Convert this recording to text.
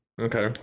Okay